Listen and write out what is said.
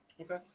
Okay